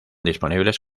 disponibles